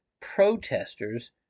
protesters